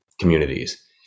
communities